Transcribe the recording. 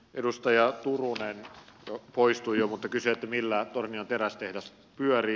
edustaja turunen poistui jo mutta kysyi millä tornion terästehdas pyörii